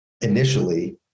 initially